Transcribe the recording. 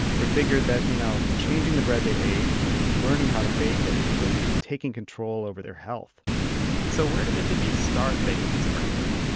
they figured that you know changing the bread they ate and learning how to bake it was taking control over their health so where did the hippies start baking this brown bread?